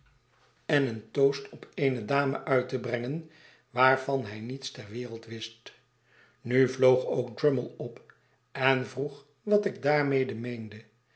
en een toast op eene dame uit te brengen waarvan hij niets ter wereld wist nu vloog ook drummle op en vroeg wat ik daarmede meende